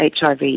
HIV